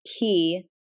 key